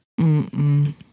Mm-mm